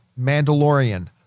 Mandalorian